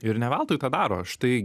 ir ne veltui tą daro štai